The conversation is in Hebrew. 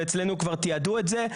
ואצלנו כבר תיעדו את זה.